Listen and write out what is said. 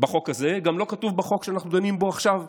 בחוק הזה, גם לא כתוב בחוק שאנחנו דנים בו עכשיו,